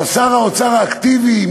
אבל שר האוצר האקטיבי,